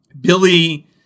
Billy